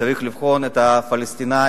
צריך לבחון את הפלסטינים,